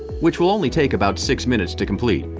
which will only take about six minutes to complete.